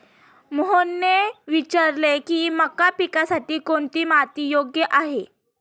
मोहनने विचारले की मका पिकासाठी कोणती माती योग्य आहे?